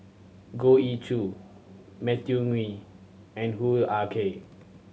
Goh Ee Choo Matthew Ngui and Hoo Ah Kay